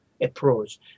approach